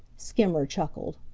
skimmer chuckled.